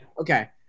Okay